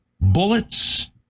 bullets